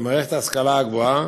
במערכת ההשכלה הגבוהה,